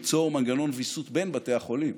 ליצור מנגנון ויסות בין בתי החולים.